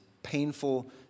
Painful